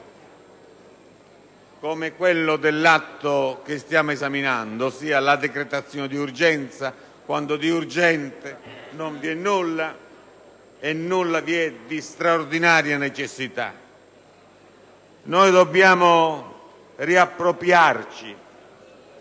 come quello stiamo esaminando, ossia la decretazione d'urgenza, quando di urgente non vi è nulla e nulla è di straordinaria necessità. Dobbiamo riappropriarci